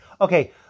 Okay